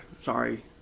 Sorry